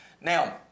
Now